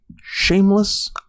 shameless